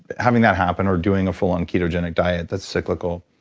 having that happen or doing a full on ketogenic diet that's cyclical,